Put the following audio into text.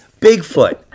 Bigfoot